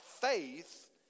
faith